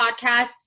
podcasts